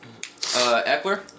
Eckler